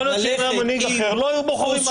יכול להיות שאם היה מנהיג אחד לא היו בוחרים מח"ל.